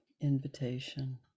invitation